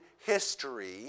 history